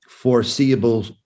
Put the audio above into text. foreseeable